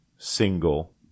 single